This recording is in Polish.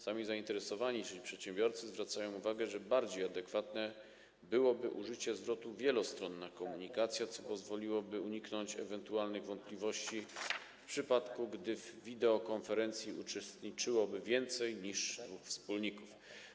Sami zainteresowani, czyli przedsiębiorcy, zwracają uwagę, że bardziej adekwatne byłoby użycie zwrotu: wielostronna komunikacja, co pozwoliłoby uniknąć ewentualnych wątpliwości w przypadku, gdy w wideokonferencji uczestniczyłoby więcej niż dwóch wspólników.